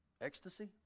ecstasy